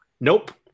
Nope